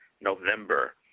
November